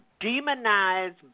demonize